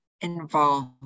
involved